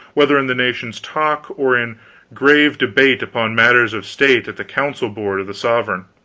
whether in the nation's talk or in grave debate upon matters of state at the council-board of the sovereign.